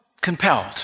compelled